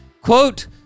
Quote